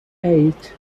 eight